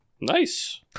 Nice